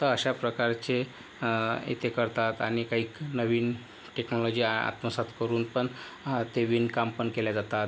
तर अशा प्रकारचे इथे करतात आणि काही नवीन टेक्नोलॉजी आ आत्मसात करून पण ते विणकाम पण केल्या जातात